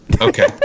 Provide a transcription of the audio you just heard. Okay